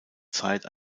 zeit